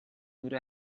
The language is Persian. نور